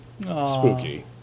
Spooky